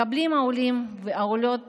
מקבלים העולות והעולים